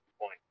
point